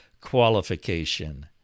qualification